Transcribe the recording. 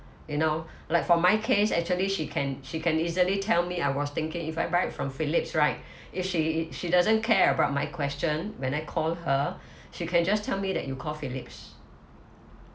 you know like for my case actually she can she can easily tell me I was thinking if I buy it from philips right if she she doesn't care about my question when I call her she can just tell me that you call philips